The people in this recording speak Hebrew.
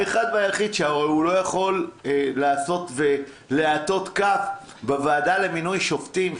שהרי הוא לא יכול להטות כף בוועדה למינוי שופטים,